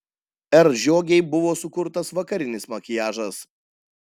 r žiogei buvo sukurtas vakarinis makiažas